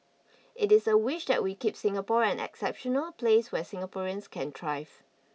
it is a wish that we keep Singapore an exceptional place where Singaporeans can thrive